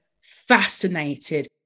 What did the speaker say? fascinated